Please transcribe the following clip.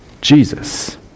Jesus